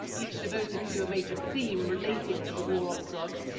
each devoted to a major theme relating to the war on drugs.